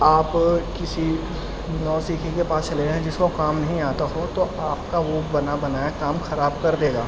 آپ کسی نو سیکھیے کے پاس چلے جائیں جس کو کام نہیں آتا ہو تو آپ کا وہ بنا بنایا کام خراب کر دے گا